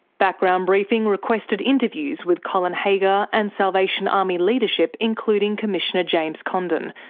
background briefing requested interviews with colin haggar and salvation army leadership, including commissioner james condon,